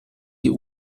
die